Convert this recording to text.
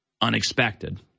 unexpected